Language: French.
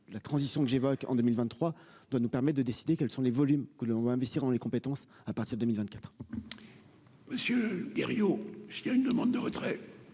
la transition que j'évoque en 2023 doit nous permet de décider quels sont les volumes que l'on veut investir dans les compétences à partir de 1024. Monsieur Hériot, si il y a une demande de retrait.